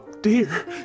dear